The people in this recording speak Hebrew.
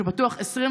שהיה פתוח 24/7,